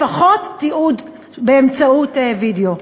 לפחות תיעוד באמצעות וידיאו.